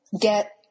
get